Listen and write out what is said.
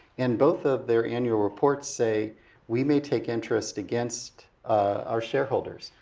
and both of their annual reports say we may take interest against our shareholders.